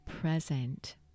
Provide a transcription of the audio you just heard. present